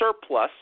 surplus